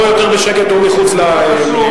או יותר בשקט או מחוץ למליאה.